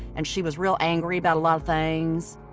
and she was real angry about a lot of things.